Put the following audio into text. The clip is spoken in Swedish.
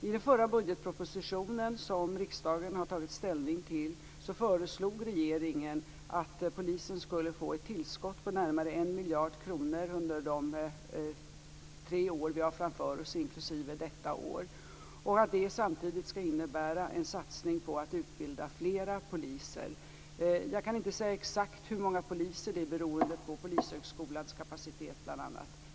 I den förra budgetpropositionen, som riksdagen har tagit ställning till, föreslog regeringen att polisen skall få ett tillskott på närmare 1 miljard kronor under tre år framöver inklusive detta år och att detta samtidigt skall innebära en satsning på utbildning av flera poliser. Jag kan inte säga exakt hur många poliser som kommer att utbildas. Det beror bl.a. på Polishögskolans kapacitet.